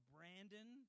Brandon